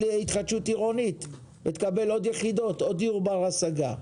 התחדשות עירונית ותקבל עוד יחידות ועוד דיור בר השגה.